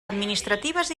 administratives